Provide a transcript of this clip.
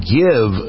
give